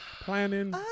planning